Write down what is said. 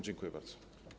Dziękuję bardzo.